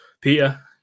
Peter